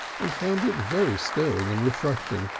and found it very stirring and refreshing.